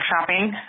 shopping